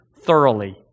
thoroughly